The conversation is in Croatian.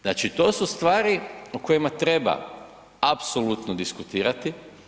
Znači to su stvari o kojima treba apsolutno diskutirati.